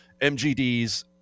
MGDs